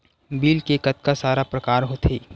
Bill के कतका सारा प्रकार होथे?